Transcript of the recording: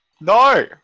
No